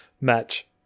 match